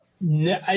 No